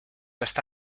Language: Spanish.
está